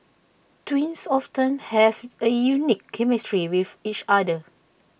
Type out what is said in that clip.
twins often have A unique chemistry with each other